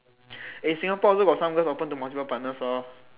eh Singapore also got some girls open to multiple partners lor